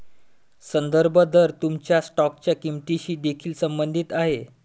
संदर्भ दर तुमच्या स्टॉकच्या किंमतीशी देखील संबंधित आहे